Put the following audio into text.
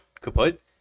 kaput